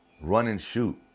run-and-shoot